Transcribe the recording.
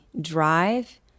drive